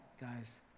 guys